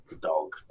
dog